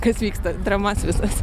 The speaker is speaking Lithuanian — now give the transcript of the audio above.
kas vyksta dramas visas